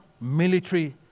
military